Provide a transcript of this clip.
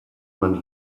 man